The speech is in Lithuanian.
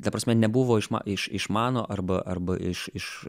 ta prasme nebuvo iš ma iš iš mano arba arba iš iš